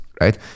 right